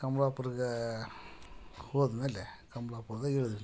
ಕಂಬ್ಳಾಪುರಕ ಹೋದಮೇಲೆ ಕಂಬ್ಳಾಪುರ್ದಾಗೆ ಇಳಿದ್ವಿ ನಾವು